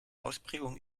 ausprägung